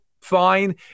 fine